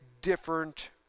different